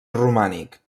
romànic